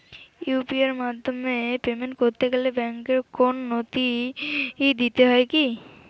UPI এর মাধ্যমে payment করতে গেলে ব্যাংকের কোন নথি দিতে হয় কি?